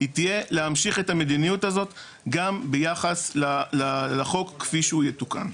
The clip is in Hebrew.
היא תהיה להמשיך את המדיניות הזאת גם ביחס לחוק כפי שהוא יתוקן.